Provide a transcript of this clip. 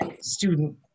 student